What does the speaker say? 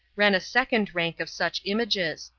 ran a second rank of such images,